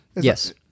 yes